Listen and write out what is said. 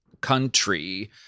country